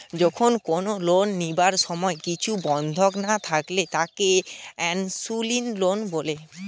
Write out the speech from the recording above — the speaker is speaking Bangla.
যখন কোনো লোন লিবার সময় কিছু বন্ধক না থাকলে তাকে আনসেক্যুরড লোন বলে